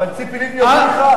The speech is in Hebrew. אבל ציפי לבני הוכיחה עמידה בלחץ.